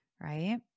right